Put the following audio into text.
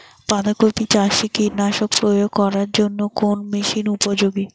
বাঁধা কপি চাষে কীটনাশক প্রয়োগ করার জন্য কোন মেশিন উপযোগী?